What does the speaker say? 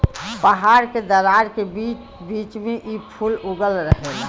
पहाड़ के दरार के बीच बीच में इ फूल उगल रहेला